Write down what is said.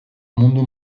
mundu